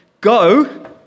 Go